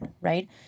right